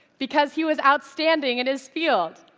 because he was out standing in his field.